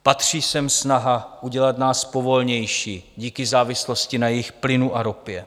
Patří sem snaha udělat nás povolnějšími díky závislosti na jejich plynu a ropě.